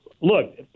look